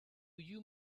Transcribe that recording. you